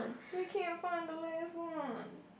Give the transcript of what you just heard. we can't find the last one